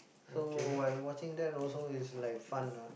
so while watching that also is like fun what